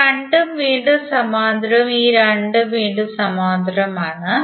ഈ രണ്ടും വീണ്ടും സമാന്തരവും ഈ രണ്ടും വീണ്ടും സമാന്തരവുമാണ്